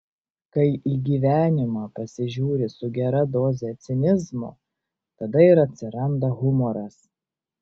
kai į gyvenimą pasižiūri su gera doze cinizmo tada ir atsiranda humoras